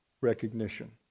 recognition